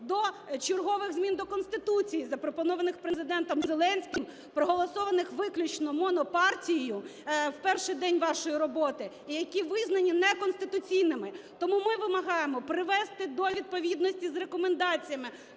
до чергових змін до Конституції, запропонованих Президентом Зеленським, проголосованих виключно монопартією в перший день вашої роботи, і які визнані неконституційними. Тому ми вимагаємо привести до відповідності з рекомендаціями